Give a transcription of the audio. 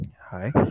Hi